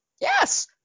yes